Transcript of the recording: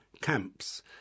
camps